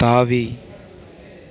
தாவி